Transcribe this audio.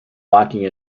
walking